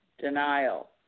denial